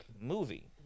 movie